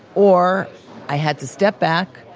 or i had to step back,